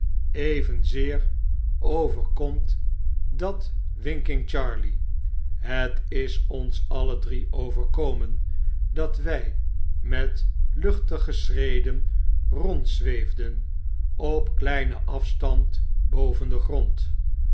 evenzeer overkomt dat winking charley het is ons alle drie overkomen dat wy met luchtige schreden rondzweefden op kleinen alstand boven den grond